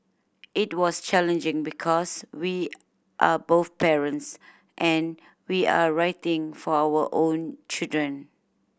it was challenging because we are both parents and we are writing for our own children